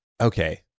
okay